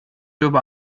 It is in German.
über